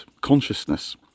consciousness